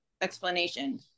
explanation